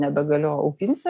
nebegaliu auginti